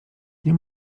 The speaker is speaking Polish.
nie